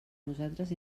nosaltres